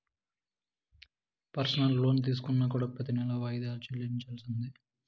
personal loan తీసుకున్నా కూడా ప్రెతి నెలా వాయిదాలు చెల్లించాల్సిందే